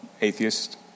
atheist